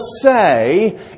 say